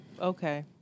Okay